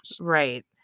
right